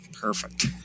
Perfect